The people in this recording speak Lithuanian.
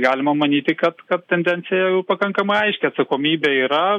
galima manyti kad kad tendencija jau pakankamai aiški atsakomybė yra